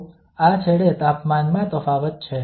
તો આ છેડે તાપમાનમાં તફાવત છે